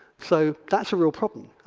so that's a real problem.